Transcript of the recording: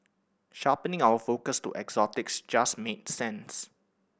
sharpening our focus to exotics just made sense